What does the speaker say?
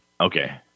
okay